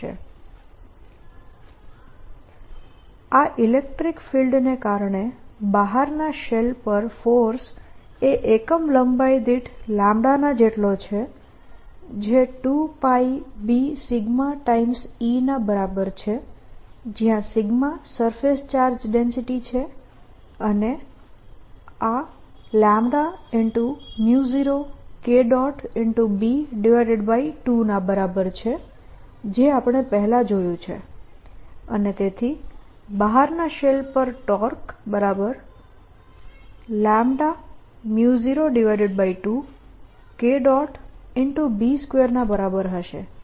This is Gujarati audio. Einner cylinder surface02a K Eouter cylinder surface02b K આ ઇલેક્ટ્રીક ફિલ્ડને કારણે બહારના શેલ પર ફોર્સ એ એકમ લંબાઈ દીઠ ના જેટલો છે જે 2πbσE ના બરાબર છે જયાં σ સરફેસ ચાર્જ ડેન્સિટી છે અને આ 0Kb2 ના બરાબર છે જે આપણે પહેલા જોયુ છે અને તેથી બહારના શેલ પર ટોર્ક 02Kb2 ના બરાબર હશે